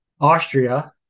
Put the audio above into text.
Austria